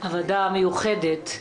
מהוועדה המיוחדת,